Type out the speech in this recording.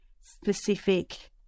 specific